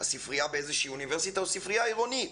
ספרייה באיזושהי אוניברסיטה או ספרייה עירונית,